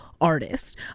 artist